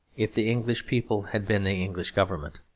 if the english people had been the english government.